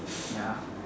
ya